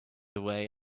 away